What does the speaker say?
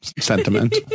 sentiment